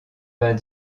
vingt